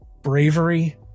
Bravery